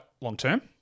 long-term